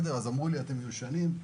אמרו לי שאנחנו מיושנים,